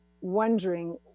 wondering